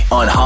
on